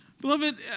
Beloved